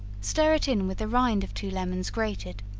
stir it in with the rind of two lemons grated,